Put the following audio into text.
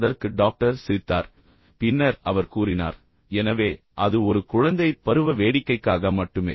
அதற்கு டாக்டர் சிரித்தார் பின்னர் அவர் கூறினார் எனவே அது ஒரு குழந்தை பருவ வேடிக்கைக்காக மட்டுமே